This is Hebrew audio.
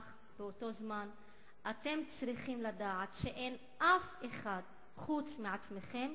אך באותו זמן אתם צריכים לדעת שאין אף אחד חוץ מעצמכם